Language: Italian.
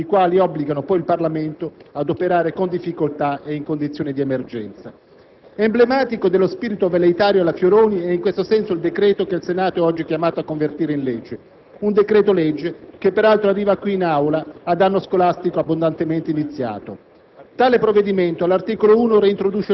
dettati esclusivamente dall'urgenza, i quali obbligano poi il Parlamento ad operare con difficoltà e in condizioni di emergenza. Emblematico dello spirito velleitario "alla Fioroni" è in questo senso il decreto che il Senato è oggi chiamato a convertire in legge, un decreto-legge che peraltro arriva qui, in Aula, ad anno scolastico abbondantemente iniziato.